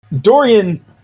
Dorian